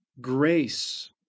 grace